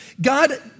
God